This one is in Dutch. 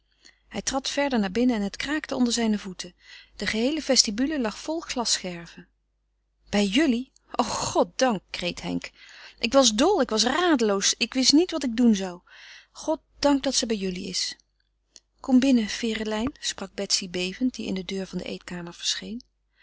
hij trad verder naar binnen en het kraakte onder zijne voeten de geheele vestibule lag vol glasscherven bij jullie o goddank kreet henk ik was dol ik was radeloos ik wist niet wat ik doen zou goddank dat ze bij jullie is kom binnen ferelijn sprak betsy bevend die in de deur van de eetkamer verscheen